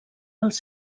als